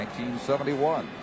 1971